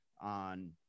on